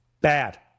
Bad